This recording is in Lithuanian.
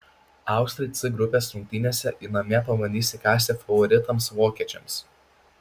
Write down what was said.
austrai c grupės rungtynėse namie pabandys įkąsti favoritams vokiečiams